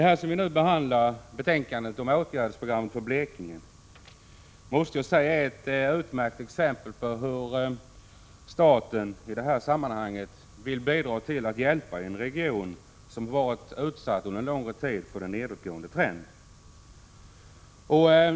Herr talman! Betänkandet om åtgärdsprogram för Blekinge är ett utmärkt exempel på hur staten i detta sammanhang vill bidra till att hjälpa en region som under en längre tid varit utsatt för en nedåtgående trend.